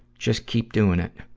just keep doing it.